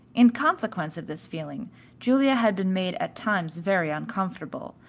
in consequence of this feeling julia had been made at times very uncomfortable,